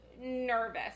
nervous